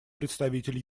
представитель